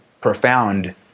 profound